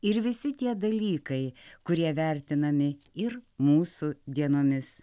ir visi tie dalykai kurie vertinami ir mūsų dienomis